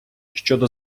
щодо